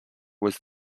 was